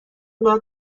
باید